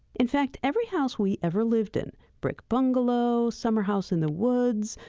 in fact, every house we ever lived in brick bungalow, summer house in the woods,